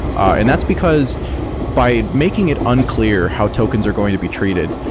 and that's because by making it unclear how tokens are going to be treated,